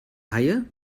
haie